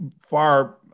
far